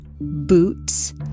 boots